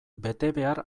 betebehar